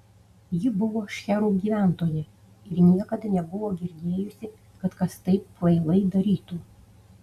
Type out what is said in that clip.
ji buvo šcherų gyventoja ir niekad nebuvo girdėjusi kad kas taip kvailai darytų